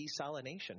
desalination